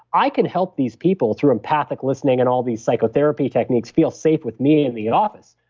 i can help these people through empathic listening and all these psychotherapy techniques, feel safe with me in the office,